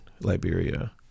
Liberia